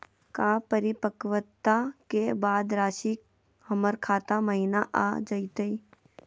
का परिपक्वता के बाद रासी हमर खाता महिना आ जइतई?